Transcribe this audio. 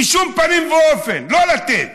בשום פנים ואופן לא לתת,